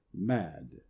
mad